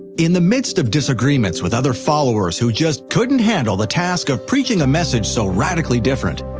in the midst of disagreements with other followers who just couldn't handle the task of preaching a message so radically different,